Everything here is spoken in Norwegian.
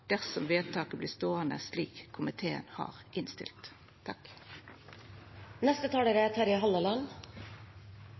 dersom vedtaket vert ståande slik komiteen har innstilt.